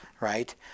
right